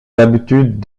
habitudes